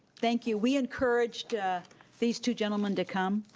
thank you, we encouraged these two gentlemen to come,